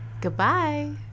Goodbye